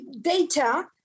data